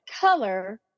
color